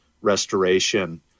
restoration